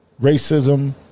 racism